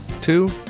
Two